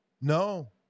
No